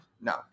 No